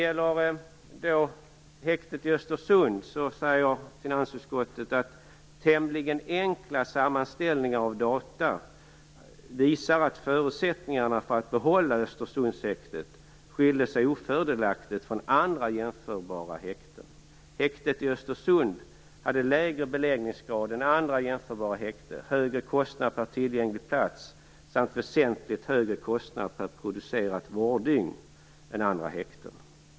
Man säger också att samhällsekonomiska effekter således förutsätts vara beaktade. Finansutskottet menar att tämligen enkla sammanställningar av data visar att förutsättningarna för att behålla Östersundshäktet skiljer sig ofördelaktigt från dem vid andra, jämförbara häkten. Häktet i Östersund hade lägre beläggningsgrad, högre kostnad per tillgänglig plats samt väsentligt högre kostnad per producerat vårddygn än andra häkten.